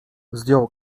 zdjął